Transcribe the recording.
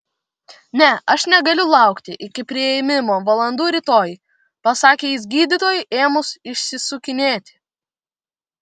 ne aš negaliu laukti iki priėmimo valandų rytoj pasakė jis gydytojui ėmus išsisukinėti